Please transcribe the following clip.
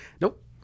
Nope